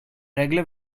regular